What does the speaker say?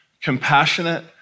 compassionate